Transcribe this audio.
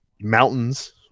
mountains